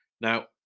Now